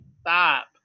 stop